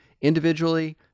individually